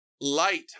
Light